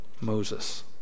Moses